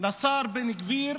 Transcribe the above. לשר בן גביר